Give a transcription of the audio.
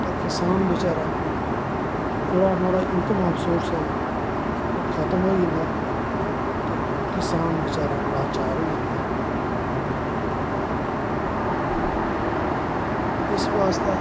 ते बचैरा किसान जेह्ड़ी नोहाड़ा सोरस ऑफ इंकम ऐ ओह् खत्म होई जंदा ऐ ते किसान बचैरा लाचार होई जंदा ऐ इस बास्तै